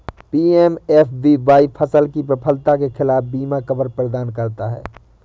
PMFBY फसल की विफलता के खिलाफ बीमा कवर प्रदान करता है